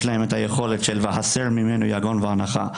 יש להם את היכולת של "והסר ממנו יגון ואנחה",